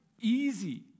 easy